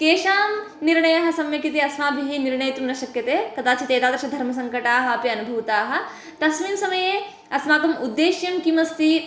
केषां निर्णयः सम्यगिति अस्माभिः निर्णेतुं न शक्यते कदाचित् एतादृशधर्मसङ्कटाः अपि अनुभूताः तस्मिन् समये अस्माकम् उद्देश्यं किमस्ति